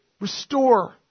Restore